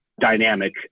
Dynamic